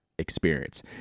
experience